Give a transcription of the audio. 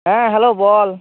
হ্যাঁ হ্যালো বল